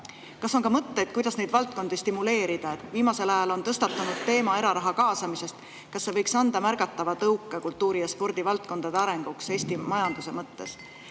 Kas on ka mõtteid, kuidas neid valdkondi stimuleerida? Viimasel ajal on tõstatunud teema eraraha kaasamisest. Kas see võiks anda märgatava tõuke kultuuri- ja spordivaldkonna arenguks Eesti majanduse mõttes,